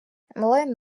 млин